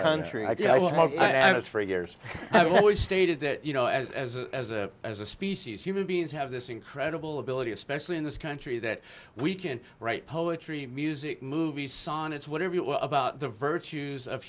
country i did that for years have always stated that you know as a as a as a species human beings have this incredible ability especially in this country that we can write poetry music movies sonnets whatever about the virtues of